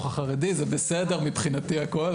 דברים שחורגים אפילו ממה שהחוק מתיר,